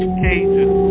cages